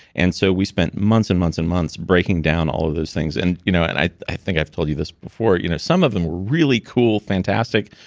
and so we spent months and months and months breaking down all of those things, and you know and i i think i've told you this before. you know some of them were really cool, fantastic.